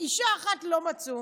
אישה אחת לא מצאו.